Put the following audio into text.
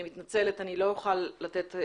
אני מתנצלת, אני לא אוכל לתת.